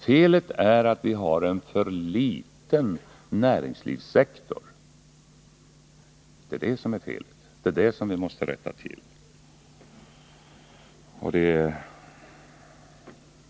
Felet är att vi har en för liten näringslivssektor, och det är det som vi måste rätta till.